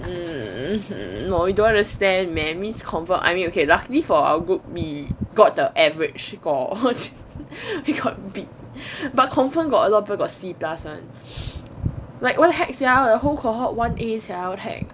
mmhmm no you don't understand man means convert I mean okay luckily for our group we got the average score we got B but confirm got a lot of people got C plus one like what the heck sia our whole cohort one a sia what the heck